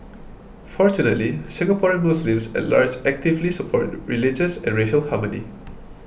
fortunately Singaporean Muslims at large actively support re religious and racial harmony